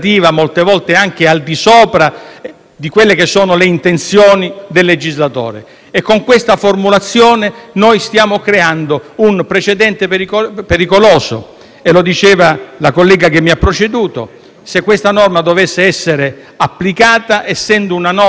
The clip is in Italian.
di sopra delle intenzioni del legislatore. Con questa formulazione noi stiamo creando un precedente pericoloso, e lo diceva la collega che mi ha preceduto. Se questa norma dovesse essere applicata, essendo una norma più favorevole, andrebbe